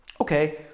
Okay